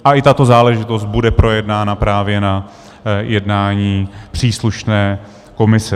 A i tato záležitost bude projednána právě na jednání příslušné komise.